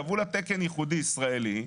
קבעו לה תקן ייחודי ישראלי.